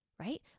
right